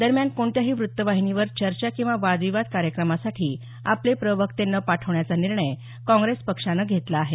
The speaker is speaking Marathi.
दरम्यान कोणत्याही वृत्तवाहिनीवर चर्चा किंवा वादविवाद कार्यक्रमासाठी आपले प्रवक्ते न पाठवण्याचा निर्णय काँग्रेस पक्षाने घेतला आहे